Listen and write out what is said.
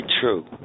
true